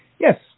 Yes